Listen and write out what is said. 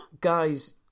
guys